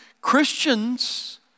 Christians